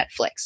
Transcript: Netflix